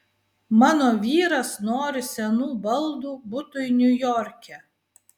mano vyras nori senų baldų butui niujorke